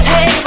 Hey